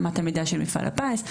--- של מפעל הפיס,